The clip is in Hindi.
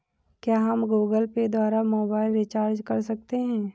क्या हम गूगल पे द्वारा मोबाइल रिचार्ज कर सकते हैं?